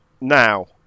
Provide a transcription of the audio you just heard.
Now